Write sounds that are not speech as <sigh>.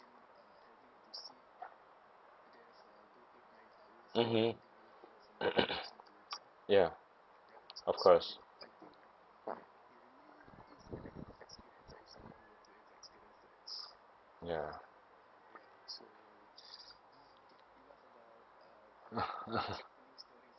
mmhmm <coughs> ya of course ya <noise>